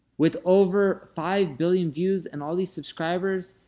with over five billion views and all these subscribers,